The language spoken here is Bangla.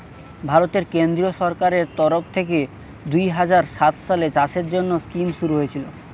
ভারতের কেন্দ্রীয় সরকারের তরফ থেকে দুহাজার সাত সালে চাষের জন্যে স্কিম শুরু হয়েছিল